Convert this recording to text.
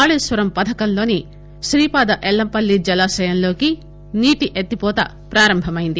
కాళేశ్వరం పథకంలోని శ్రీపాద ఎల్లంపల్లి జలాశయంలోకి నీటి ఎత్తిపోత ప్రారంభమెంది